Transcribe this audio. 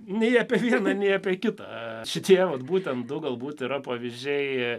nei apie vieną nei apie kitą šitie vat būtent du galbūt yra pavyzdžiai